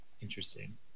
interesting